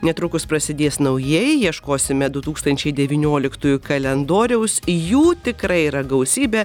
netrukus prasidės naujieji ieškosime du tūkstančiai devynioliktųjų kalendoriaus jų tikrai yra gausybė